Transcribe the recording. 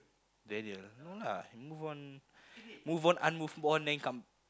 Daniel no lah he move on move on unmove on then come